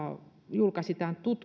julkaisi